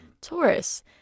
Taurus